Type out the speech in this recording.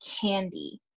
candy